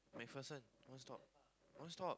MacPherson one stop one stop